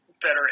better